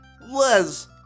Les